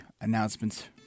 announcements